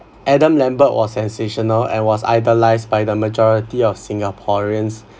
adam lambert was sensational and was idolized by the majority of singaporeans